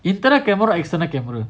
internal camera external camera